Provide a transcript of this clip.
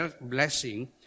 blessing